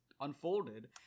unfolded